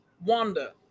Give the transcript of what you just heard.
Wanda